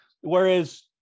Whereas